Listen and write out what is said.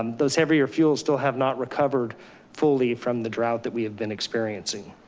um those heavier fuels still have not recovered fully from the drought that we have been experiencing.